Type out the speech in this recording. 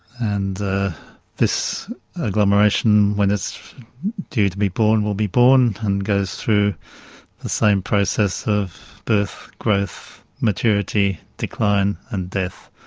and this agglomeration, when it's due to be born, will be born, and goes through the same process of birth, growth, maturity, decline and death,